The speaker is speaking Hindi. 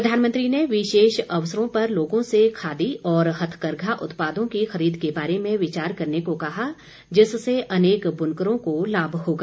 प्रधानमंत्री ने विशेष अवसरों पर लोगों से खादी और हथकरघा उत्पादों की खरीद के बारे में विचार करने को कहा जिससे अनेक बुनकरों को लाभ होगा